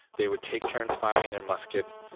they would take turns firing their muskets.